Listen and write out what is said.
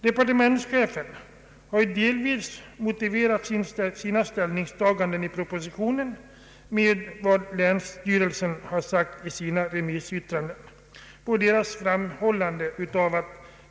Departementschefen har delvis motiverat sina ställningstaganden i propositionen med vad länsstyrelsen har anfört i sina remissyttranden om